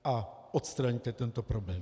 A odstraňte tento problém.